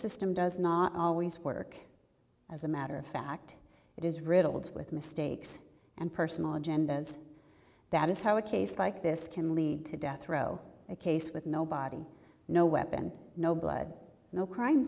system does not always work as a matter of fact it is riddled with mistakes and personal agendas that is how a case like this can lead to death row a case with no body no weapon no blood no crime